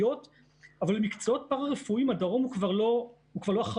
אבל במקצועות הפארא רפואיים הדרום הוא כבר לא האחרון.